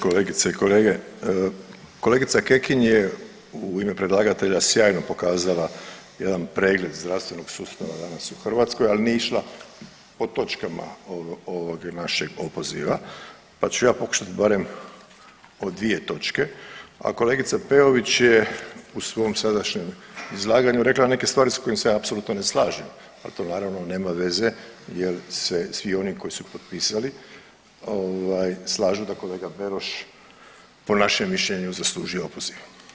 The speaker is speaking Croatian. Kolegice i kolege, kolegica Kekin je u ime predlagatelja sjajno pokazala jedan pregled zdravstvenog sustava danas u Hrvatskoj, ali nije išla po točkama, ovog, ovog našeg opoziva, pa ću ja pokušat barem o dvije točke, a kolegica Peović je u svom sadašnjem izlaganju rekla neke stvari s kojim se ja apsolutno ne slažem, al to naravno nema veze jel se svi oni koji su potpisali ovaj slažu da kolega Beroš po našem mišljenju zaslužuju opoziv.